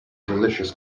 delicious